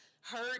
hurt